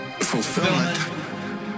fulfillment